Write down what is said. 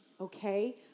okay